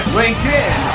linkedin